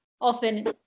often